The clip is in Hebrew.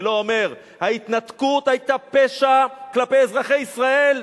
ולא אומר: ההתנתקות היתה פשע כלפי אזרחי ישראל,